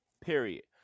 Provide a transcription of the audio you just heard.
period